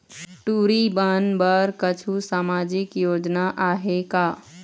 टूरी बन बर कछु सामाजिक योजना आहे का?